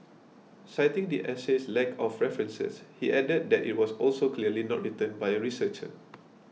citing the essay's lack of references he added that it was also clearly not written by a researcher